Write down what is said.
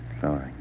sorry